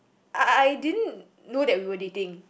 I I I didn't know that we were dating